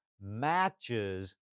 matches